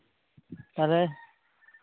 ᱚᱠᱟᱨᱮ